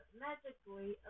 magically